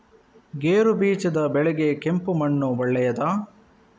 ಗೇರುಬೀಜದ ಬೆಳೆಗೆ ಕೆಂಪು ಮಣ್ಣು ಒಳ್ಳೆಯದಾ?